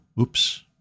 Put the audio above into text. oops